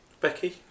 Becky